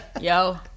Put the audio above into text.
yo